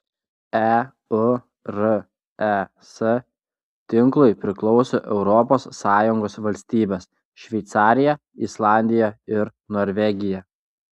eures tinklui priklauso europos sąjungos valstybės šveicarija islandija ir norvegija